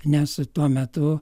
nes tuo metu